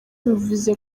bivuze